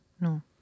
No